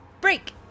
Break